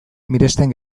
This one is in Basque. miresten